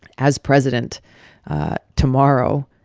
as president tomorrow,